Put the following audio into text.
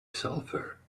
sulfur